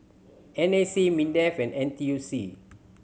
N A C MINDEF and N T U C